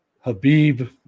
Habib